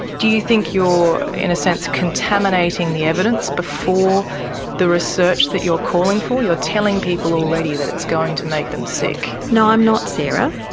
do you think you're in a sense contaminating the evidence before the research that you're calling for? you're telling people already that it's going to make them sick? no, i'm not, sarah.